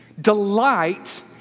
delight